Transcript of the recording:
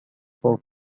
for